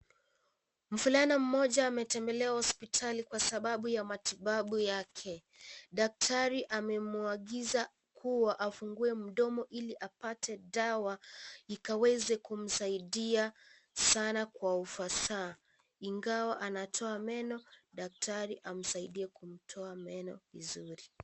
Mulana mmoja ametembelea hospitali kwa sababu ya matibabu yake, daktari amemwagiza kuwa afungue mdomo ili apate dawa ikaweze kumsaidia sana kwa ufasaha, ingawa anatoa meno daktari amsaidie kumtoa meno vizuri.